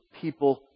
people